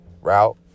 route